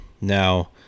Now